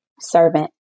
Servant